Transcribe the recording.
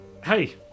Hey